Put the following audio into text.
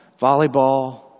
volleyball